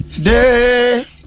day